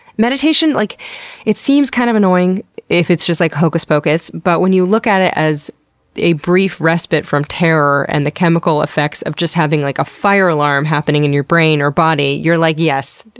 meditation, like it seems kind of annoying if it's just like hocus-pocus, but when you look at it as a brief respite from terror and the chemical effects of having like a fire alarm happening in your brain or body, you're like, yes,